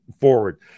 forward